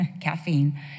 caffeine